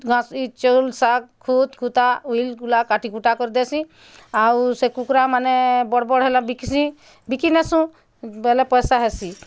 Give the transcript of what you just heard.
ଘସି ଚଉଲ୍ ଶାଗ୍ ଖୁତ୍ ଖୁତା ଉଇଲ୍ ଗୁଡ଼ା କାଟି କୁଟା କରି ଦେସି ଆଉ ସେ କୁକୁଡ଼ା ମାନେ ବଡ଼ ବଡ଼ ହେଲେ ବିକିସି ବିକି ନେସୁ ବୋଇଲେ ପଇସା ହେସି